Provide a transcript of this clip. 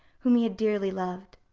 whom he had dearly loved.